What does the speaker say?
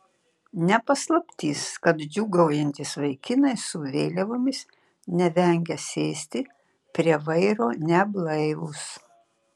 ne paslaptis kad džiūgaujantys vaikinai su vėliavomis nevengia sėsti prie vairo neblaivūs